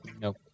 Nope